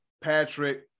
Patrick